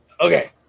Okay